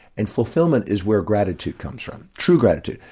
and fulfillment is where gratitude comes from, true gratitude.